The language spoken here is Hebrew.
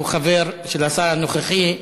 שהוא חבר של השר הנוכחי,